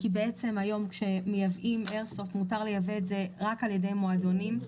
היום כשמייבאים איירסופט מותר לייבא את זה רק על ידי מועדונים,